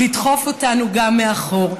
לדחוף אותנו גם מאחור.